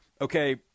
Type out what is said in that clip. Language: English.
okay